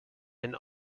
and